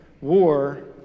war